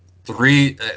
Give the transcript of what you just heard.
three